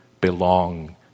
belong